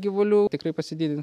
gyvulių tikrai pasididins